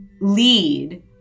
lead